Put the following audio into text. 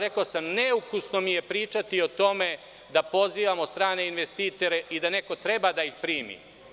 Rekao sam, neukusno mi je pričati o tome da pozivamo strane investitore i da neko treba da ih primi.